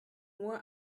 nur